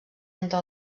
entre